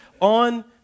on